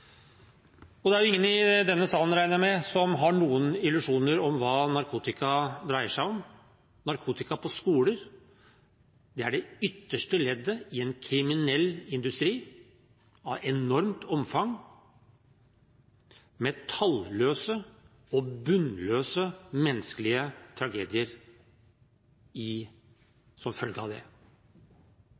Det er ingen i denne salen, regner jeg med, som har noen illusjoner om hva narkotika dreier seg om. Narkotika på skoler er det ytterste leddet i en kriminell industri av enormt omfang, med talløse og bunnløse menneskelige tragedier som følge av det.